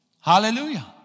Hallelujah